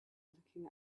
looking